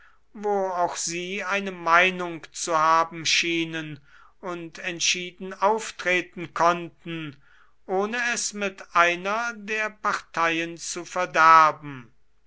wo auch sie eine meinung zu haben scheinen und entschieden auftreten konnten ohne es mit einer der parteien zu verderben